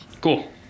cool